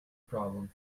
problem